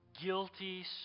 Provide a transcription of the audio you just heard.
guilty